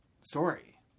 story